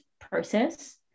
process